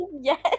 Yes